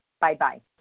Bye-bye